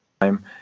time